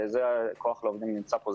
כוח לעובדים נמצא פה,